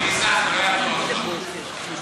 ניסן, זה לא יעזור לך.